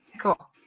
Cool